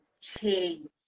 change